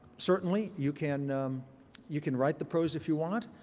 certainly, you can um you can write the prose if you want.